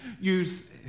use